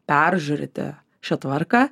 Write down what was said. peržiūrėti šią tvarką